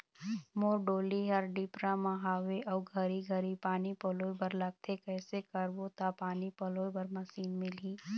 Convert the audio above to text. मोर डोली हर डिपरा म हावे अऊ घरी घरी पानी पलोए बर लगथे कैसे करबो त पानी पलोए बर मशीन मिलही?